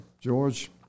George